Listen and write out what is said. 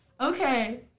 Okay